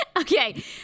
Okay